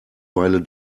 weile